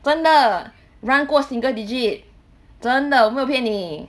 真的 run 过 single digit 真的我没有骗你